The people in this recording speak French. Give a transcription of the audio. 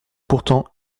pourtant